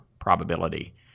probability